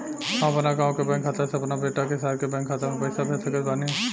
हम अपना गाँव के बैंक खाता से अपना बेटा के शहर के बैंक खाता मे पैसा कैसे भेज सकत बानी?